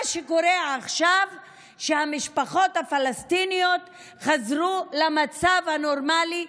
מה שקורה עכשיו הוא שהמשפחות הפלסטיניות חזרו למצב הנורמלי,